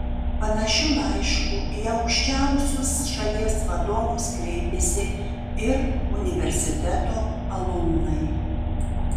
panašiu laišku į aukščiausius šalies vadovus kreipėsi ir universiteto alumnai